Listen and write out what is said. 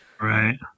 Right